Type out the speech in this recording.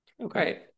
Okay